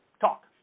Talk